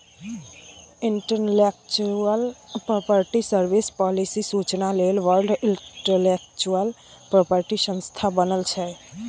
intellectual property service, policy सुचना लेल world intellectual property संस्था बनल छै